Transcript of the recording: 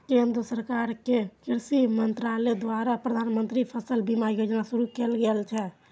केंद्र सरकार के कृषि मंत्रालय द्वारा प्रधानमंत्री फसल बीमा योजना शुरू कैल गेल छै